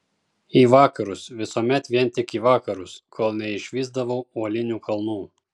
į vakarus visuomet vien tik į vakarus kol neišvysdavau uolinių kalnų